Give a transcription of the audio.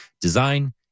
design